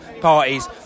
parties